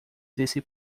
desse